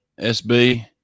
SB